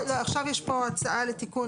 עכשיו יש פה הצעה לתיקון.